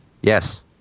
Yes